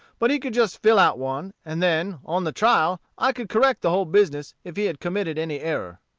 but he could just fill out one and then, on the trial, i could correct the whole business if he had committed any error.